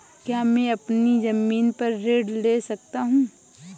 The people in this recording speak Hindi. क्या मैं अपनी ज़मीन पर ऋण ले सकता हूँ?